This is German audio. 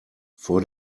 vor